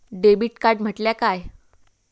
Debit card म्हटल्या काय?